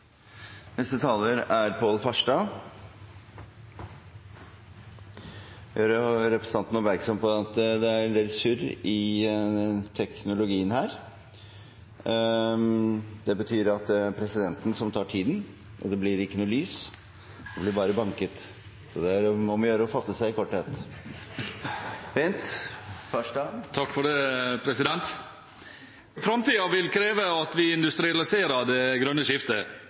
på at det er en del surr i teknologien her. Det betyr at det er presidenten som tar tiden, og det blir ikke noe lys, det blir bare banket, så det er om å gjøre å fatte seg i korthet. Framtiden vil kreve at vi industrialiserer det grønne skiftet.